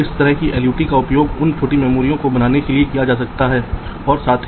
इसी तरह VDD के लिए नेट के लिए उन्हें इन 5 ब्लॉकों को जोड़ने की भी आवश्यकता थी